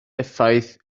effaith